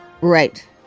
right